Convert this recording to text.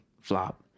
flop